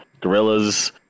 gorillas –